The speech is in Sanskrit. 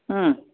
हा